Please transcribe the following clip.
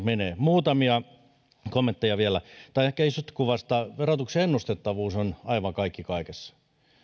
menee muutamia kommentteja tai ehkä vielä tuosta isosta kuvasta verotuksen ennustettavuus on aivan kaikki kaikessa